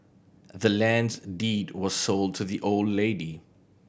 the land's deed was sold to the old lady